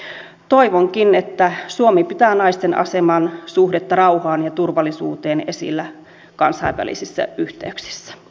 toivonkin että suomi pitää naisten aseman suhdetta rauhaan ja turvallisuuteen esillä kansainvälisissä yhteyksissä